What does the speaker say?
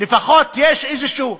לפחות יש משהו.